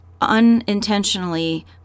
unintentionally